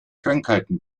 krankheiten